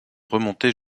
remontée